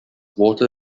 water